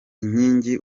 inkingi